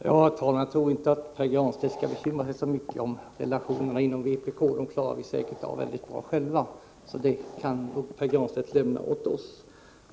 Herr talman! Jag tror inte att Pär Granstedt skall bry sig så mycket om relationerna inom vpk. Dem klarar vi säkert av mycket bra själva, så dem kan Pär Granstedt lämna åt oss.